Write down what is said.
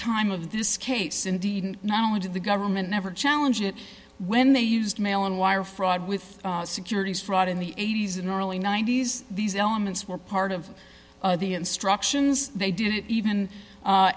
time of this case indeed not only did the government never challenge it when they used mail and wire fraud with securities fraud in the eighty's and early ninety's these elements were part of the instructions they did even a